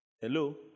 Hello